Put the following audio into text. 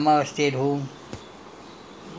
ya father will go to the village